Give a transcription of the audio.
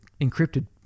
encrypted